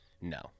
no